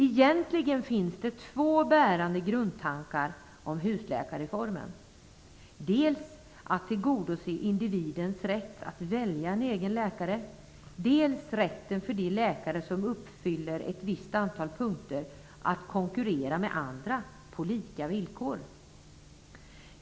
Egentligen finns det två bärande grundtankar om husläkarreformen, dels att tillgodose individens rätt att välja en egen läkare, dels rätten för de läkare som uppfyller ett visst antal punkter att konkurrera med andra på lika villkor.